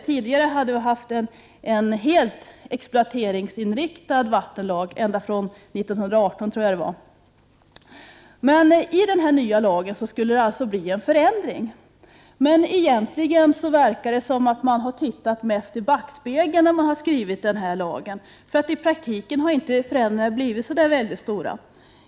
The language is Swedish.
Det hade tidigare funnits en helt exploateringsinriktad vattenlag från 1918. I och med den nya lagen skulle det ske en förändring. Men det verkar egentligen som om man mest tittat i backspegeln när man skrivit den nya lagen, eftersom förändringarna i praktiken inte blivit så stora.